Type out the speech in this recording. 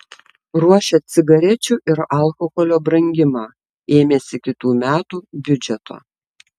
ruošia cigarečių ir alkoholio brangimą ėmėsi kitų metų biudžeto